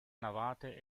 navate